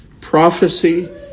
Prophecy